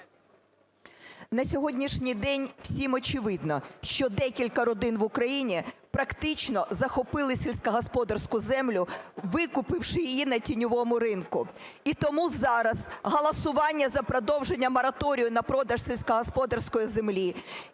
На сьогоднішній день всім очевидно, що декілька родин в Україні практично захопили сільськогосподарську землю, викупивши її на тіньовому ринку. І тому зараз голосування за продовження мораторію на продаж сільськогосподарської землі і